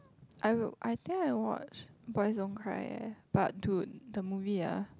I will I think I watched boys don't cry eh but dude the movie ya